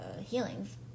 healings